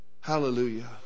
Hallelujah